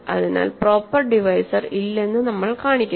അതിനാൽ proper divisor ഇല്ലെന്ന് നമ്മൾ കാണിക്കണം